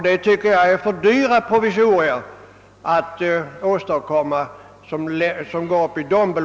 Provisorier av den storleksordningen anser jag är för dyra.